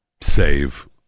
save